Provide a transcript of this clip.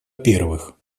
первых